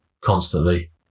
constantly